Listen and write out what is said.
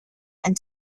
and